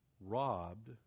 robbed